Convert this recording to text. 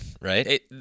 right